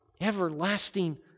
Everlasting